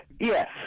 Yes